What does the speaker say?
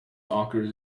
occurs